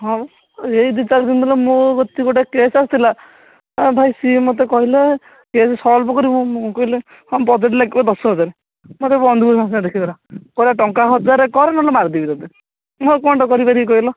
ହଉ ଏହି ଦୁଇ ଚାରିଦିନି ତଳେ ମୋ କତିକି ଗୋଟେ କେସ୍ ଆସିଥିଲା ଭାଇ ସିଏ ମୋତେ କହିଲା ମୋ କେସ୍ ସଲ୍ଭ କରିବୁ ମୁଁ କହିଲି ହଁ ବଜେଟ ଲାଗିବ ଦଶ ହଜାର ମୋତେ ବନ୍ଧୁକ ସାଙ୍ଗେ ସାଙ୍ଗ ଦେଖାଇ ଦେଲା କହିଲା ଟଙ୍କା ହଜାରରେ କର ନହେଲେ ମାରି ଦେବି ତୋତେ ମୁଁ ଆଉ କ'ଣ କରିପାରିବି କହିଲ